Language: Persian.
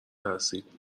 ترسید